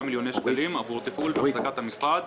מיליוני שקלים עבור תפעול והחזקת המשרד,